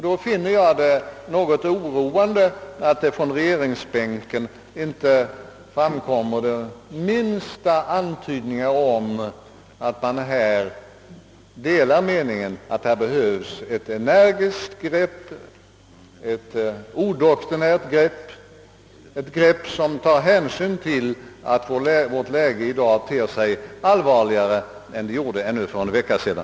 Då finner jag det oroande att det från regeringsbänken inte görs den minsta antydan om att regeringen delar meningen, att det härvidlag behövs ett energiskt och odoktrinärt grepp, ett grepp som tar hänsyn till att vårt läge i dag ter sig allvarligare än det gjorde ännu för en vecka sedan.